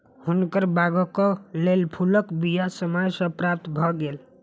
हुनकर बागक लेल फूलक बीया समय सॅ प्राप्त भ गेल